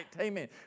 Amen